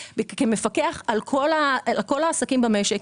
כמפקחת על כל העסקים במשק,